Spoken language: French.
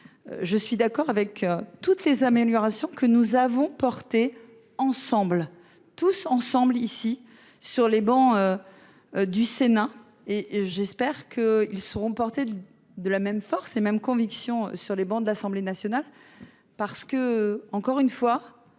je suis d'accord avec toutes les améliorations que nous avons porté ensemble, tous ensemble, ici sur les bancs du Sénat et j'espère qu'ils seront portés de la même force et même conviction sur les bancs de l'Assemblée nationale, parce que, encore une fois,